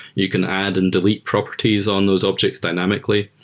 you can add and delete properties on those objects dynamically.